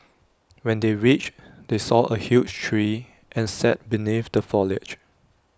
when they reached they saw A huge tree and sat beneath the foliage